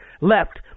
left